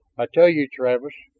i tell you, travis,